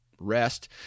rest